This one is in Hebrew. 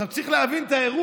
אז צריך להבין את האירוע.